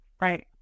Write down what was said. Right